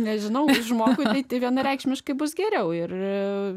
nežinau žmogui eiti vienareikšmiškai bus geriau ir